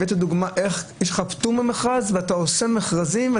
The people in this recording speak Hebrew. הבאתי דוגמה איך יש לך פטור ממרכז ואתה עושה מכרזים,